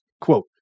Quote